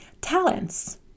Talents